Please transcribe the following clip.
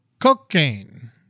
Cocaine